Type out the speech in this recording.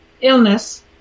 illness